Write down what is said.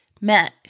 met